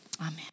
amen